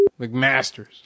McMaster's